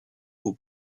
aux